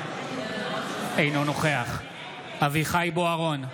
אינו נוכח אביחי אברהם בוארון,